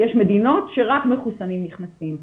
יש מדינות שרק מחוסנים נכנסים.